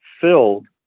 filled